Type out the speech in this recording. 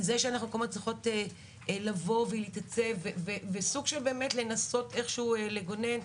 זה שאנחנו צריכות לבוא ולהתייצב וסוג של באמת לבוא ולנסות איכשהו לגונן.